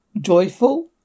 Joyful